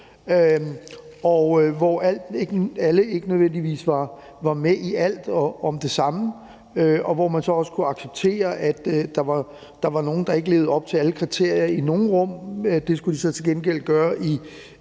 og hvor alle ikke nødvendigvis var med i alt og om det samme, og hvor man så også kunne acceptere, at der var nogle, der ikke levede op til alle kriterier i nogle rum, men at de så til gengæld skulle